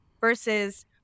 versus